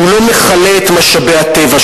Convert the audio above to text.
שלא מכלה את משאבי הטבע,